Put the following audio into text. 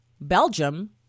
Belgium